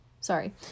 sorry